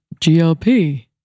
GLP